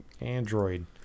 android